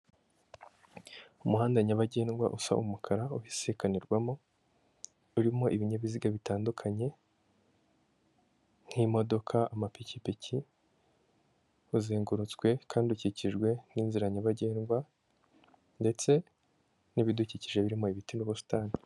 Umuhanda nyabagendwa usa umukara ubisikanirwamo, urimo ibinyabiziga bitandukanye nk'imodoka, amapikipiki, uzengurutswe kandi ukikijwe n'inzira nyabagendwa ndetse n'ibidukije birimo ibiti n'ubusitani.